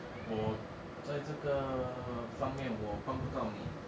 我在这个方面我帮不到你